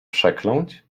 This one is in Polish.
przekląć